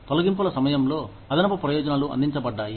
తొలగింపుల సమయంలో అదనపు ప్రయోజనాలు అందించబడ్డాయి